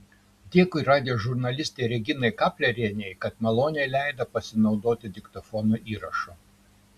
dėkui radijo žurnalistei reginai kaplerienei kad maloniai leido pasinaudoti diktofono įrašu